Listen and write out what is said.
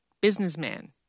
businessman